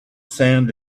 sand